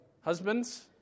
husbands